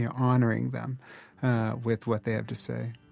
yeah honoring them with what they have to say.